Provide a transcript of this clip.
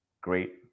great